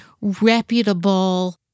reputable